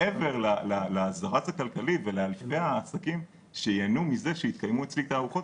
מעבר לזרז הכלכלי ולאלפי העסקים שייהנו מזה שיתקיימו אצלי תערוכות,